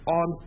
on